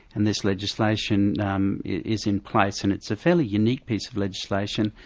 and this legislation um is in place, and it's a fairly unique piece of legislation.